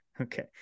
okay